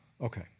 Okay